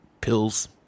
pills